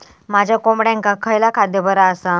माझ्या कोंबड्यांका खयला खाद्य बरा आसा?